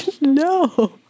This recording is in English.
No